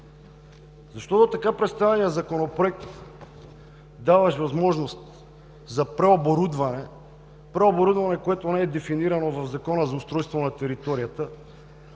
Защото така представеният законопроект, даващ възможност за преоборудване – „преоборудване“ не е дефинирано в Закона за устройство на територията,